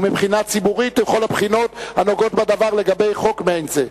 ומבחינה ציבורית ומכל הבחינות הנוגעות בדבר לגבי חוק מעין זה.